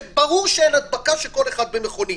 כשברור שאין הדבקה כשכל אחד נמצא במכונית.